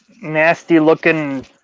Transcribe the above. nasty-looking